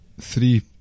three